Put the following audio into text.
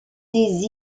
des